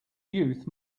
youth